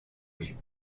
vieux